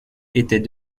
était